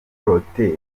protais